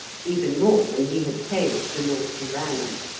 even more than he had paid to lord durand.